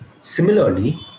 Similarly